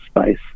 space